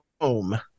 home